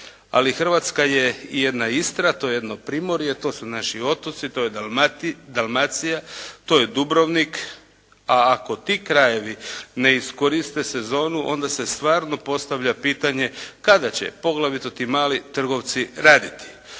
Ali Hrvatska je i jedna Istra, to je jedno Primorje, to su naši otoci, to je Dalmacija, to je Dubrovnik. A ako ti krajevi ne iskoriste sezonu onda se stvarno postavlja pitanje kada će poglavito ti mali trgovci raditi.